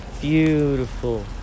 Beautiful